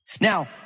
Now